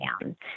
down